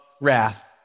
wrath